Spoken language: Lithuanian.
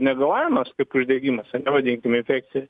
negalavimas kaip uždegimas ane vadinkime infekcija